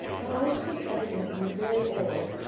the house was evidently very old,